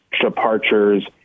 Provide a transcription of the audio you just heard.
departures